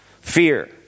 fear